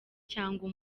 cyangwa